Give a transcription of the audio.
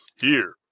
Here